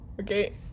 Okay